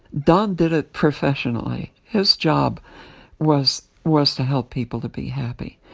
don did it professionally. his job was was to help people to be happy.